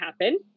happen